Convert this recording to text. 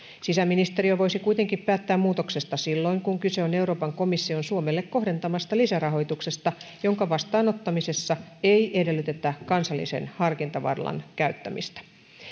sisäministeriö voisi kuitenkin päättää muutoksesta silloin kun kyse on euroopan komission suomelle kohdentamasta lisärahoituksesta jonka vastaanottamisessa ei edellytetä kansallisen harkintavallan käyttämistä